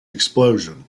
explosion